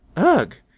ugh!